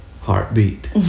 Heartbeat